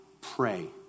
Pray